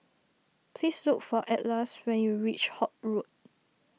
please look for Atlas when you reach Holt Road